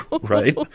right